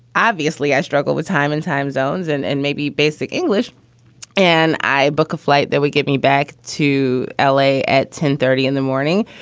obviously i struggle with time and time zones and and maybe basic english and i book a flight that would get me back to l a. at ten thirty in the morning,